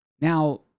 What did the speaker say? Now